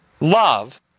love